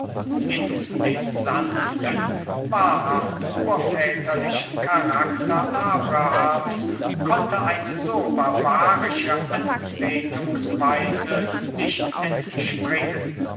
in dem sanften wahrhaft urväterlichen charakter abrahams konnte eine so barbarische anbetungsweise nicht entspringen